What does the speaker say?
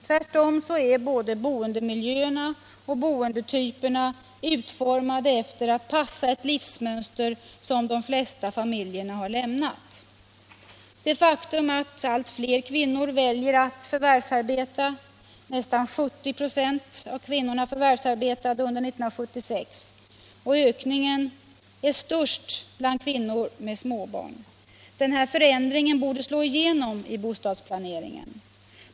Tvärtom är både boendemiljöerna och boendetyperna utformade för att passa ett livsmönster som de flesta familjer har lämnat. Det faktum att allt fler kvinnor väljer att förvärvsarbeta — nästan 70 26 av kvinnorna förvärvsarbetade under 1976, och ökningen är störst bland kvinnor med småbarn — borde slå igenom i bostadsplaneringen.